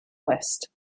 west